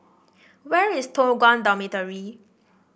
where is Toh Guan Dormitory